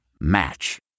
Match